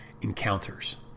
encounters